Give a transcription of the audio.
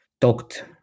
talked